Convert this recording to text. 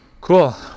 Cool